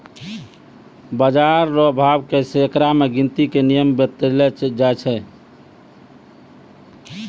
बाजार रो भाव के सैकड़ा मे गिनती के नियम बतैलो जाय छै